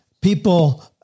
people